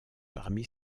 parmi